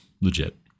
legit